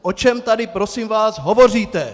O čem tady prosím vás hovoříte?!